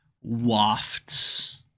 wafts